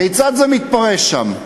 כיצד זה מתפרש שם?